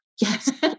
Yes